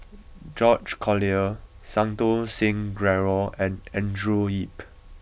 George Collyer Santokh Singh Grewal and Andrew Yip